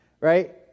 right